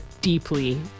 deeply